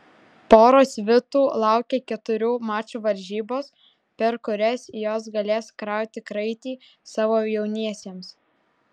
poros svitų laukia keturių mačų varžybos per kurias jos galės krauti kraitį savo jauniesiems